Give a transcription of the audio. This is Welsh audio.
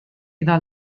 ddal